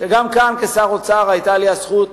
וגם כאן כשר אוצר היתה לי הזכות